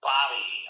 Bobby